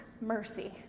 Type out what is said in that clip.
mercy